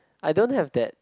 I don't have that